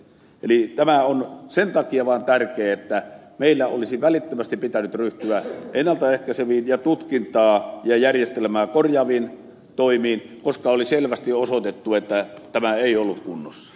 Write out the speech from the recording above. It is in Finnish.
eli tämä on sen takia vaan tärkeää että meillä olisi välittömästi pitänyt ryhtyä ennalta ehkäiseviin ja tutkintaa ja järjestelmää korjaaviin toimiin koska oli selvästi osoitettu että tämä ei ollut kunnossa